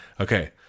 okay